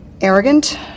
arrogant